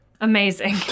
Amazing